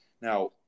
Now